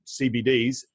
CBDs